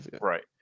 right